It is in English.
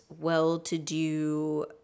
well-to-do